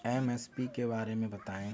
MSP के बारे में बतायें?